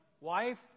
wife